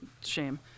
Shame